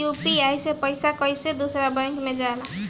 UPI से पैसा कैसे दूसरा बैंक मे जाला?